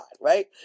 right